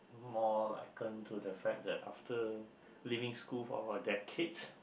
more like uh to the fact that after leaving school for decades